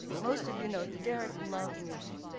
most of you know, derrick loved music,